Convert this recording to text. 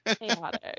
chaotic